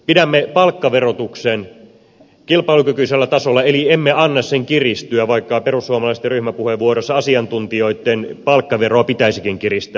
pidämme palkkaverotuksen kilpailukykyisellä tasolla eli emme anna sen kiristyä vaikka perussuomalaisten ryhmäpuheenvuoron mukaan asiantuntijoitten palkkaveroa pitäisikin kiristää